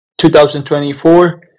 2024